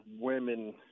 women—